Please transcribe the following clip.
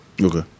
Okay